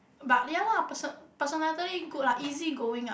but ya lah person personality good ah easy going ah